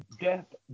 death